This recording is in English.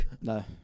No